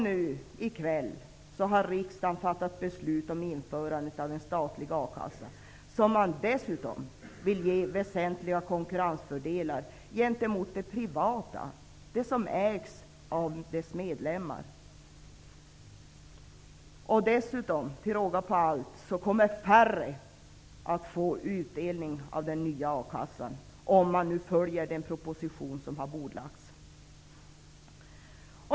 Nu i kväll har riksdagen fattat beslut om införandet av en statlig a-kassa, som dessutom skall få väsentliga konkurrensfördelar gentemot de privata kassorna, de som ägs av sina medlemmar. Till råga på allt kommer färre människor att få utdelning från den nya a-kassan, om man nu följer den proposition som har bordlagts.